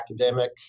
academic